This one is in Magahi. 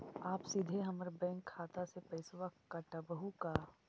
आप सीधे हमर बैंक खाता से पैसवा काटवहु का?